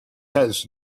has